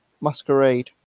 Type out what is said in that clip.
Masquerade